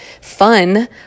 fun